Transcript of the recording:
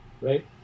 right